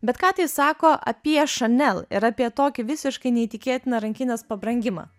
bet ką tai sako apie chanel ir apie tokį visiškai neįtikėtiną rankinės pabrangimą